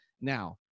Now